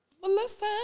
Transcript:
Melissa